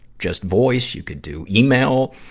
just voice. you could do email,